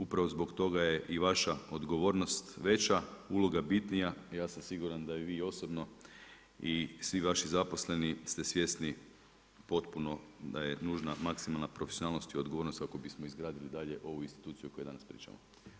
Upravo zbog toga je i vaša odgovornost veća, uloga bitnija, ja sam siguran da i vi osobno i svi vaši zaposleni ste svjesni potpuno da je nužna maksimalna profesionalnost i odgovornost kako bismo izgradili dalje ovu instituciju o kojoj danas pričamo.